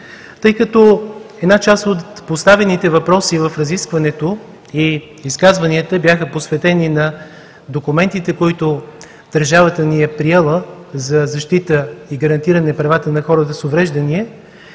Тъй като една част от поставените въпроси в разискването и изказванията бяха посветени на документите, които държавата ни е приела за защита и гарантиране правата на хората с увреждания,